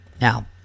Now